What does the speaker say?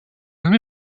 nommé